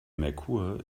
merkur